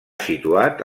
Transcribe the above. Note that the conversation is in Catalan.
situat